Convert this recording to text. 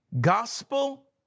gospel